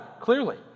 clearly